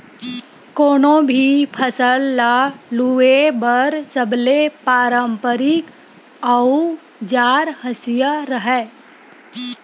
कोनो भी फसल ल लूए बर सबले पारंपरिक अउजार हसिया हरय